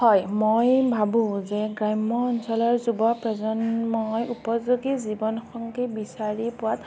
হয় মই ভাবোঁ যে গ্ৰাম্য অঞ্চলৰ যুৱ প্ৰজন্মই উপযোগী জীৱনসংগী বিচাৰি পোৱাত